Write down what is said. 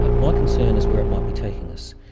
um my concern is where it might be taking us.